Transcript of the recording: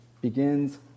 begins